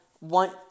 want